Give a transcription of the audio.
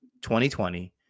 2020